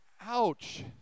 Ouch